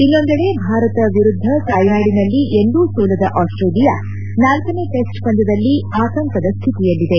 ಇನ್ನೊಂದೆಡೆ ಭಾರತ ವಿರುದ್ದ ತಾಯ್ನಾಡಿನಲ್ಲಿ ಎಂದೂ ಸೋಲದ ಆಸ್ಟ್ರೇಲಿಯಾ ನಾಲ್ಕನೇ ಟೆಸ್ಟ್ ಪಂದ್ಯದಲ್ಲಿ ಆತಂಕದ ಸ್ಥಿತಿಯಲ್ಲಿದೆ